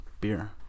beer